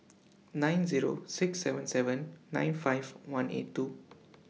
nine Zero six seven seven nine five one eight two